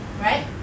right